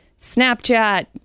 Snapchat